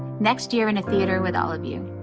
next year in a theater with all of you.